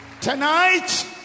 tonight